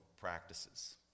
practices